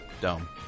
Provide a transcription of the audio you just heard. dome